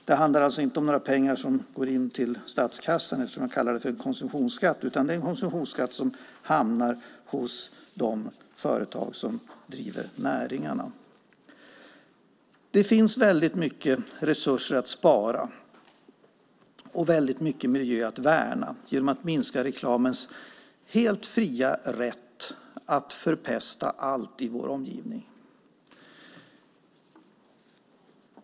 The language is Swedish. Det handlar inte om några pengar som går till statskassan, utan det är en konsumtionsskatt som hamnar hos de företag som driver näringarna. Det finns väldigt mycket resurser att spara och väldigt mycket miljö att värna genom att minska reklamens helt fria rätt att förpesta allt i vår omgivning.